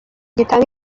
gitanga